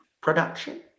production